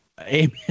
Amen